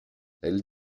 elle